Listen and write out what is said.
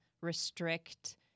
restrict